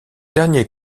dernier